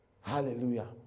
Hallelujah